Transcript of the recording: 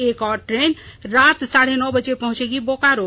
एक और ट्रेन रात साढ़े नौ बजे पहुंचेगी बोकारो